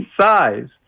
size